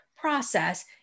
process